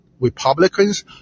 Republicans